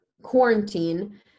quarantine